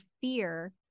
fear